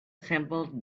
sampled